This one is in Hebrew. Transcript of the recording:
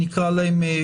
נקרא להם,